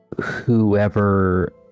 whoever